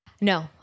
No